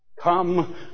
come